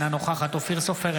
אינה נוכחת אופיר סופר,